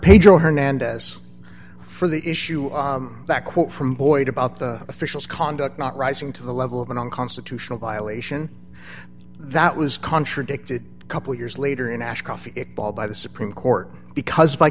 pedro hernandez for the issue of that quote from boyd about the official's conduct not rising to the level of an unconstitutional violation that was contradicted a couple of years later in ashcroft it ball by the supreme court because